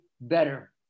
better